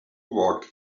walked